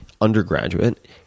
undergraduate